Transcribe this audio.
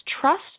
trust